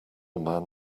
man